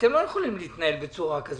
אתם לא יכולים להתנהל בצורה כזו,